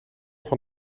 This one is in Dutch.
van